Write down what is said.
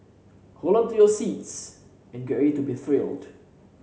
hold on to your seats and get ready to be thrilled